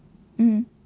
mmhmm